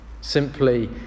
simply